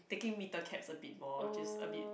taking meter cabs a bit more which is a bit